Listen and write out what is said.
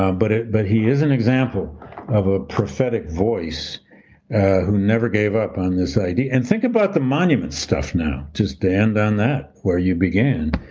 um but but he is an example of a prophetic voice who never gave up on this idea. and think about the monument stuff now, just to end on that, where you began,